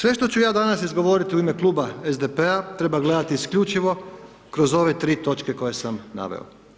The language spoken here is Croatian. Sve što ću ja danas izgovoriti u ime Kluba SDP-a treba gledati isključivo kroz ove tri točke koje sam vam naveo.